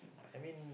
I mean